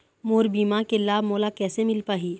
मोर बीमा के लाभ मोला कैसे मिल पाही?